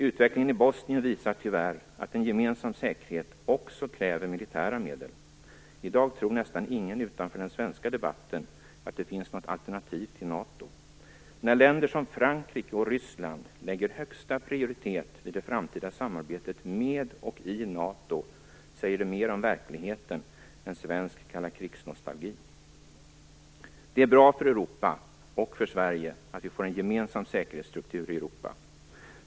Utvecklingen i Bosnien visar tyvärr att gemensam säkerhet också kräver militära medel. I dag tror nästan ingen utanför den svenska debatten att det finns något alternativ till NATO. När länder som Frankrike och Ryssland lägger högsta prioritet vid det framtida samarbetet med och i NATO säger det mer om verkligheten än svensk kalla-krigs-nostalgi. Det är bra för Europa och för Sverige att vi får en gemensam säkerhetsstruktur i Europa.